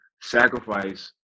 sacrifice